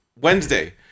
Wednesday